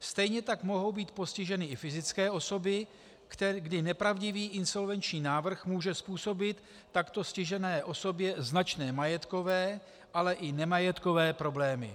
Stejně tak mohou být postiženy i fyzické osoby, kdy nepravdivý insolvenční návrh může způsobit takto stižené osobě značné majetkové, ale i nemajetkové problémy.